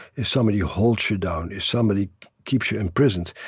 if somebody holds you down, if somebody keeps you imprisoned,